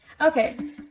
Okay